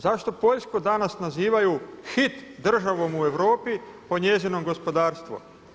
Zašto Poljsku danas nazivaju hit državom u Europi po njezinom gospodarstvo?